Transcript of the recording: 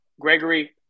Gregory